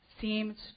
seems